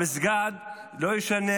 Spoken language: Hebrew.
המסגד לא ישנה